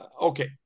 okay